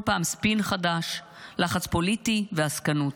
כל פעם ספין חדש, לחץ פוליטי ועסקנות,